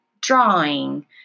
drawing